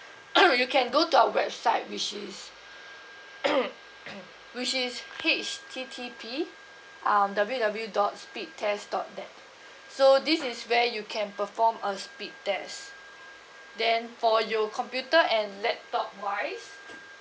you can go to our website which is which is H T T P um W W W dot speed test dot net so this is where you can perform a speed test then for your computer and laptop wise